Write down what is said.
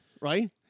right